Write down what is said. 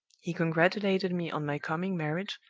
he congratulated me on my coming marriage,